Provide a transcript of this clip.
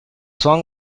song